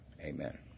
amen